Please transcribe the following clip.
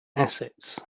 assets